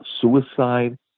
suicide